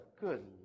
Good